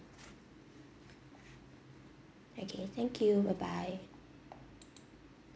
okay thank you bye bye